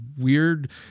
weird